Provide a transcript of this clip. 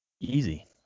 easy